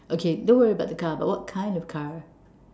okay don't worry about the car but what kind of car